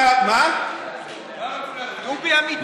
מה מפריע לך קיבוצניקים?